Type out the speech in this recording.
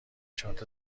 چارت